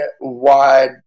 wide